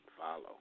Follow